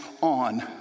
on